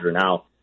now